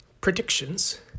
predictions